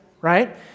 Right